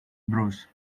bruise